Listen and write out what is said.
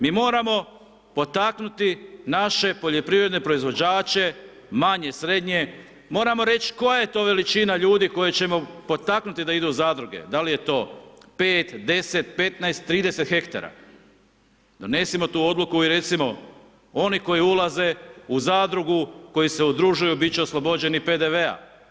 Mi moramo potaknuti naše poljoprivredne proizvođače, manje, srednje, moramo reć koja je to veličina ljudi koje ćemo potaknuti da idu u zadruge, dal je to 5, 10, 15, 30 hektara, donesimo tu odluku i recimo oni koji ulaze u zadrugu, koji se udružuju, bit će oslobođeni PDV-a.